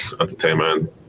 entertainment